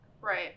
Right